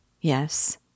Yes